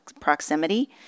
proximity